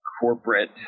corporate